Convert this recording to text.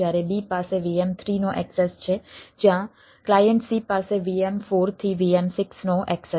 જ્યારે B પાસે VM3 નો એક્સેસ છે જ્યાં ક્લાયન્ટ C પાસે VM4 થી VM6 નો એક્સેસ છે